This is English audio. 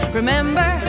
Remember